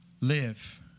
live